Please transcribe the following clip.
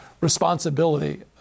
responsibility